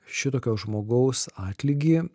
šitokio žmogaus atlygį